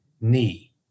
knee